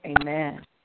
Amen